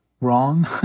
wrong